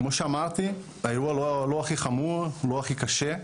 כמו שאמרתי, האירוע לא הכי חמור, לא הכי קשה,